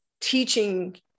teaching